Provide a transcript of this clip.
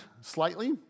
slightly